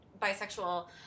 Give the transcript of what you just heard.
bisexual